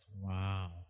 Wow